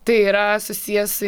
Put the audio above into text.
tai yra susiję su